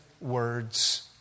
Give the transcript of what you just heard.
words